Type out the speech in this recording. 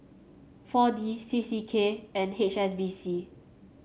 four D C C K and H S B C